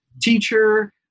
teacher